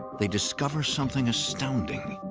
they discover something astounding.